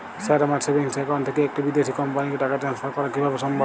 Sir আমার savings account থেকে একটি বিদেশি কোম্পানিকে টাকা ট্রান্সফার করা কীভাবে সম্ভব?